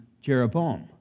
Jeroboam